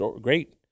great